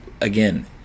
again